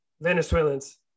Venezuelans